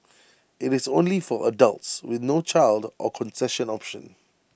IT is also only for adults with no child or concession option